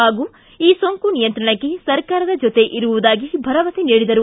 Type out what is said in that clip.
ಹಾಗೂ ಈ ಸೋಂಕು ನಿಯಂತ್ರಣಕ್ಕೆ ಸರ್ಕಾರದ ಜೊತೆ ಇರುವುದಾಗಿ ಭರವಸೆ ನೀಡಿದರು